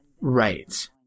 Right